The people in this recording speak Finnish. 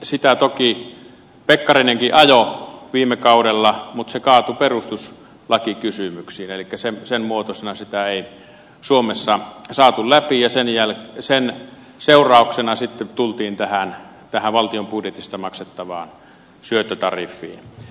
sitä toki pekkarinenkin ajoi viime kaudella mutta se kaatui perustuslakikysymyksiin elikkä sen muotoisena sitä ei suomessa saatu läpi ja sen seurauksena sitten tultiin tähän valtion budjetista maksettavaan syöttötariffiin